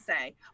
say